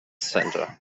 centre